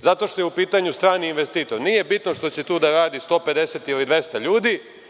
zato što je u pitanju strani investitor. Nije bitno što će tu da radi 150 ili 200 ljudi.